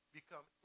become